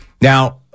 Now